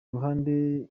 ruhande